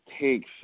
takes